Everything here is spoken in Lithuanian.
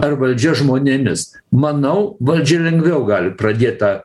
ar valdžia žmonėmis manau valdžia lengviau gali pradėt tą